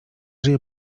żyje